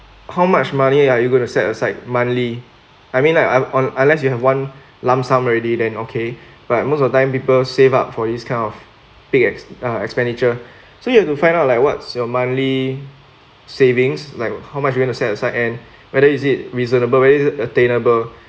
how much money like you are going to set aside monthly I mean like I'm on unless you have one lump sum already then okay but most of the time people save up for this kind of big uh expenditure so you have to find out like what's your monthly savings like how much you want to set aside and whether is it reasonable whether is it attainable